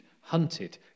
hunted